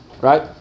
Right